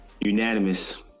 Unanimous